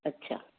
अच्छा